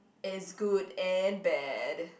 is good and bad